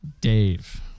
Dave